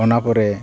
ᱚᱱᱟ ᱯᱚᱨᱮ